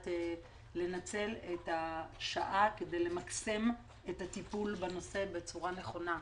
לנצל את השעה כדי למקסם את הטיפול בנושא בצורה נכונה,